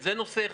זה נושא אחד.